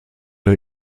der